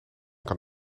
kan